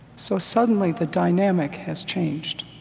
so suddenly the dynamic has changed.